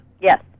Yes